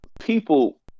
people